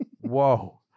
Whoa